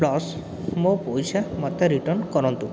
plus ମୋ ପଇସା ମୋତେ ରିଟର୍ନ କରନ୍ତୁ